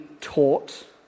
taught